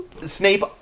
Snape